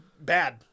bad